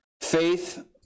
faith